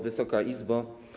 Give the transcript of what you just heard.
Wysoka Izbo!